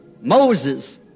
Moses